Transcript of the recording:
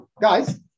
guys